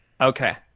Okay